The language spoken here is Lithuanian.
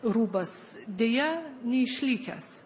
rūbas deja neišlikęs